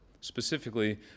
Specifically